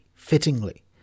fittingly